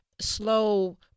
slow